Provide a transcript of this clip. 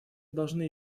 должны